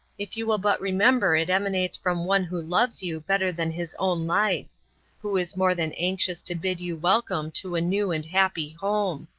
if you will but remember it emanates from one who loves you better than his own life who is more than anxious to bid you welcome to a new and happy home.